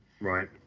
right